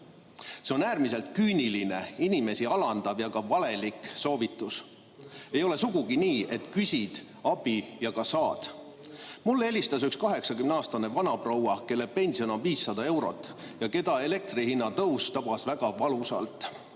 on äärmiselt küüniline, inimesi alandav ja valelik soovitus. Ei ole sugugi nii, et küsid abi ja ka saad. Mulle helistas üks 80-aastane vanaproua, kelle pension on 500 eurot ja keda elektri hinna tõus tabas väga valusalt.